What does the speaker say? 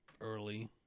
early